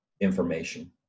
information